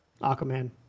aquaman